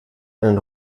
einen